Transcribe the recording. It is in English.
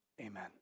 Amen